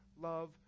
love